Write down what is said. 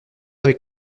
avec